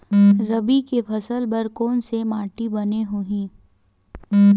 रबी के फसल बर कोन से माटी बने होही?